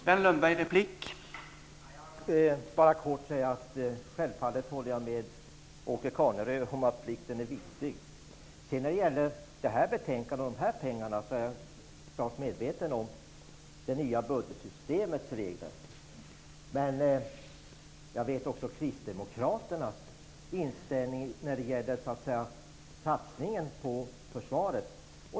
Herr talman! Jag vill bara kort säga att jag självfallet håller med Åke Carnerö om att plikten är viktig. När det sedan gäller det här betänkandet och de här pengarna, är jag klart medveten om det nya budgetsystemets regler. Men jag känner också till Kristdemokraternas inställning när det gäller satsningen på försvaret.